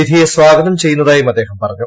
വിധിയെ സ്വാഗതം ചെയ്യുന്നതായും അദ്ദേഹം പറഞ്ഞു